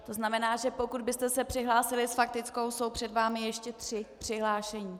To znamená, že pokud byste se přihlásil s faktickou, jsou před vámi ještě tři přihlášení.